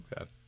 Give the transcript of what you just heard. okay